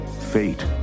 Fate